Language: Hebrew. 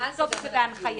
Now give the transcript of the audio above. ואז זה גם על התיוג.